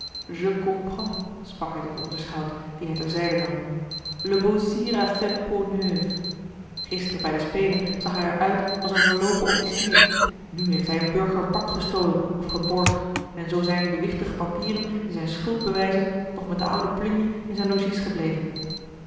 hij tot den onderschout dien hij ter zijde nam le beau sire a fait peau neuve gisteren bij de spelen zag hij er uit als een verloopen officier nu heeft hij een burgerpak gestolen of geborgd en zoo zijn de wichtige papieren die zijne schuld bewijzen nog met de oude plunje in zijn logies gebleven